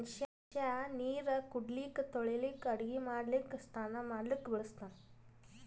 ಮನಷ್ಯಾ ನೀರು ಕುಡಿಲಿಕ್ಕ ತೊಳಿಲಿಕ್ಕ ಅಡಗಿ ಮಾಡ್ಲಕ್ಕ ಸ್ನಾನಾ ಮಾಡ್ಲಕ್ಕ ಬಳಸ್ತಾನ್